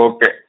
Okay